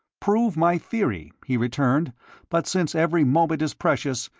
prove my theory, he returned but since every moment is precious,